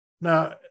Now